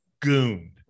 gooned